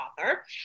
author